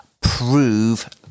prove